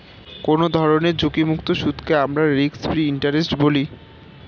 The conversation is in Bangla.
কোনো ধরনের ঝুঁকিমুক্ত সুদকে আমরা রিস্ক ফ্রি ইন্টারেস্ট বলি